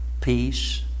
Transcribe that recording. peace